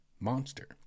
monster